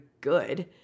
good